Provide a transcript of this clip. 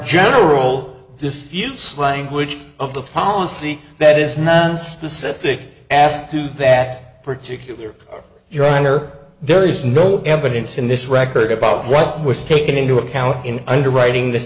general defeats language of the policy that is none specific asked to that particular your honor there is no evidence in this record about what was taken into account in underwriting this